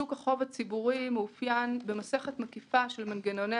שוק החוב הציבורי מאופיין במסכת מקיפה של מנגנוני